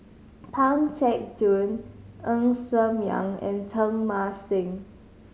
Pang Teck Joon Ng Ser Miang and Teng Mah Seng